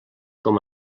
com